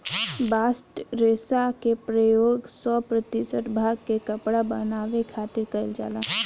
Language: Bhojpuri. बास्ट रेशा के प्रयोग सौ प्रतिशत भांग के कपड़ा बनावे खातिर कईल जाला